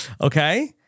Okay